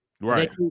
Right